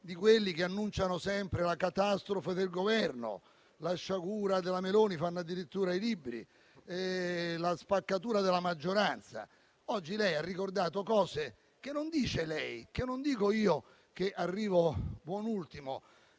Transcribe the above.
di quelli che annunciano sempre la catastrofe del Governo, la sciagura della Meloni - fanno addirittura i libri - e la spaccatura della maggioranza. Oggi lei, Presidente del Consiglio, ha ricordato cose che non dice lei o che non dico io, che arrivo buon ultimo,